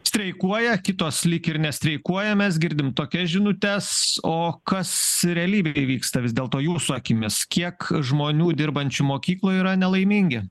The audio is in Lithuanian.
streikuoja kitos lyg ir nestreikuoja mes girdim tokias žinutes o kas realybėj vyksta vis dėlto jūsų akimis kiek žmonių dirbančių mokykloj yra nelaimingi